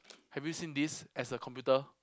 have you seen this as a computer